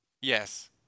Yes